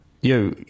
Yo